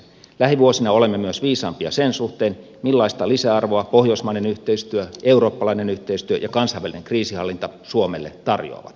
lähivuosina olemme myös viisaampia sen suhteen millaista lisäarvoa pohjoismainen yhteistyö eurooppalainen yhteistyö ja kansainvälinen kriisinhallinta suomelle tarjoavat